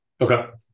Okay